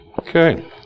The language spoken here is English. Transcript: Okay